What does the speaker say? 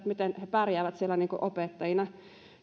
miten he pärjäävät siellä opettajina